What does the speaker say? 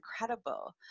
incredible